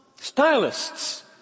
stylists